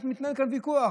והיה מתנהל כאן ויכוח,